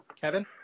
Kevin